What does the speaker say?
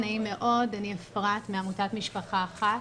אפרת מעמותת 'משפחה אחת'.